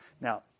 Now